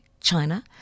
China